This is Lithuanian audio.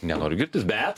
nenoriu girtis bet